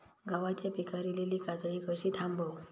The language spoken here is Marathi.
गव्हाच्या पिकार इलीली काजळी कशी थांबव?